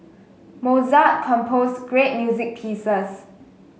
Mozart composed great music pieces